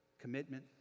commitment